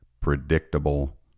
predictable